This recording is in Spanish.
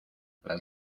las